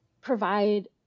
provide